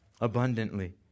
abundantly